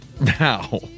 Now